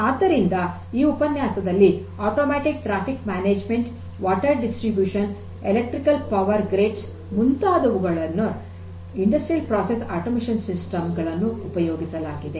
ಆದ್ದರಿಂದ ಈ ಉಪನ್ಯಾಸದಲ್ಲಿ ಸ್ವಯಂಚಾಲಿತ ಟ್ರಾಫಿಕ್ ಮ್ಯಾನೇಜ್ಮೆಂಟ್ ನೀರಿನ ವಿತರಣೆ ಎಲೆಕ್ಟ್ರಿಕಲ್ ಪವರ್ ಗ್ರಿಡ್ಸ್ ಮುಂತಾದುವುಗಳಲ್ಲಿ ಕೈಗಾರಿಕಾ ಪ್ರೋಸೆಸ್ ಆಟೋಮೇಷನ್ ಸಿಸ್ಟಮ್ ಗಳನ್ನು ಉಪಯೋಗಿಸಲಾಗಿದೆ